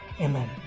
amen